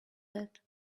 that